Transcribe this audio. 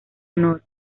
honor